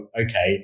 okay